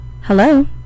Hello